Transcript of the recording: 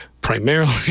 primarily